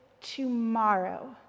tomorrow